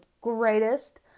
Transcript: greatest